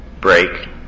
break